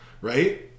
right